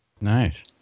Nice